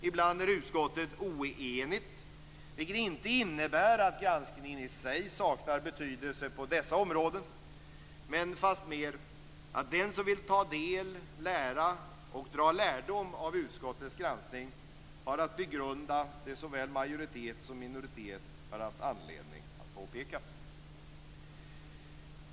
Ibland är utskottet oenigt, vilket inte innebär att granskningen i sig saknar betydelse på dessa områden, men fastmer att den som vill ta del, lära och dra lärdom av utskottets granskning har att begrunda det som såväl majoritet som minoritet har haft anledning att påpeka.